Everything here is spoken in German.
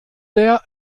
der